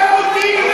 תשווה אותי אליך.